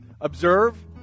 observe